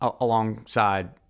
alongside